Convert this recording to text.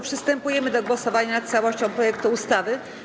Przystępujemy do głosowania nad całością projektu ustawy.